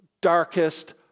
darkest